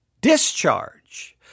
discharge